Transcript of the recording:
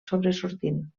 sobresortint